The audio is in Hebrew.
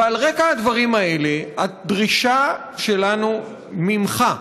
ועל רקע הדברים האלה, הדרישה שלנו ממך,